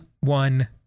one